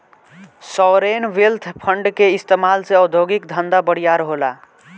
sovereign wealth fund के इस्तमाल से उद्योगिक धंधा बरियार होला